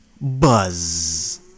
Buzz